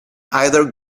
either